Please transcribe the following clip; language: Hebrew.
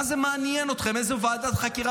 מה זה מעניין אתכם איזה ועדת חקירה